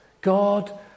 God